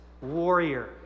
warrior